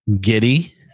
Giddy